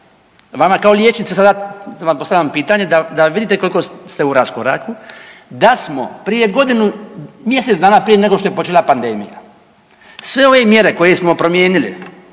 vama kao liječnica, sada vam postavljam pitanje da vidite koliko ste u raskoraku, da smo prije godinu mjesec dana prije nego što je počela pandemija, sve ove mjere koje smo promijenili